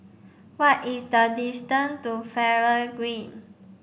what is the distance to Faber Green